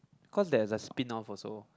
cause there's a spin off also